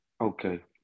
okay